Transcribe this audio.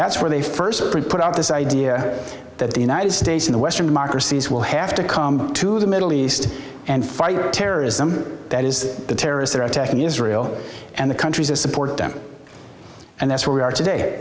that's where they first put out this idea that the united states in the western democracies will have to come to the middle east and fight terrorism that is the terrorists are attacking israel and the countries that support them and that's where we are today